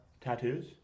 tattoos